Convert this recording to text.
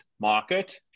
market